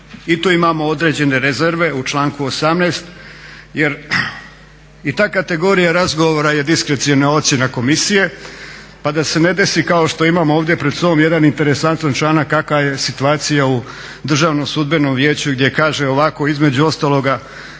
I tu imamo određene rezerve, u članku 18., jer i ta kategorija razgovora je diskreciona ocjena komisije pa da se ne desi kao što imamo ovdje pred sobom jedan interesantan članak kakva je situacija u DSV-u gdje kaže ovako između ostaloga